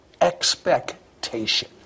expectation